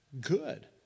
good